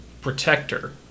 protector